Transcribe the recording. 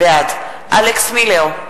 בעד אלכס מילר,